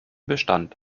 bestand